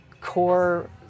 core